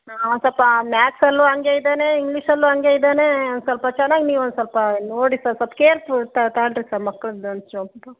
ಒಂದು ಸ್ವಲ್ಪ ಮ್ಯಾತ್ಸಲ್ಲು ಹಂಗೆ ಇದ್ದಾನೆ ಇಂಗ್ಲೀಷಲ್ಲು ಹಂಗೆ ಇದ್ದಾನೆ ಸ್ವಲ್ಪ ಚೆನ್ನಾಗಿ ನೀವು ಒಂದು ಸ್ವಲ್ಪ ನೋಡಿ ಸರ್ ಸ್ವಲ್ಪ ಕೇರ್ ತಗೊಂಡ್ರಿ ಸರ್ ಮಕ್ಳದ್ದು ಒಂದು ಸ್ವಲ್ಪ